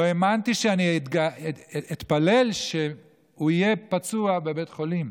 לא האמנתי שאני אתפלל שהוא יהיה פצוע בבית חולים.